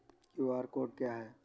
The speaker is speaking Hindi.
क्यू.आर कोड क्या है?